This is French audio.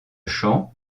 chant